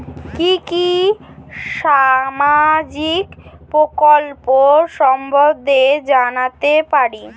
কি কি সামাজিক প্রকল্প সম্বন্ধে জানাতে পারি?